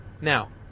Now